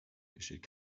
besteht